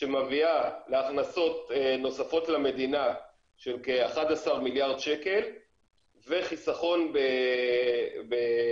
שמביאה להכנסות נוספות למדינה של כ-11 מיליארד שקל וחיסכון בפליטות,